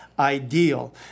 Ideal